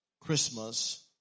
Christmas